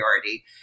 priority